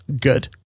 good